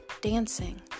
dancing